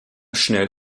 schnell